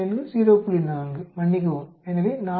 4 மன்னிக்கவும் எனவே 40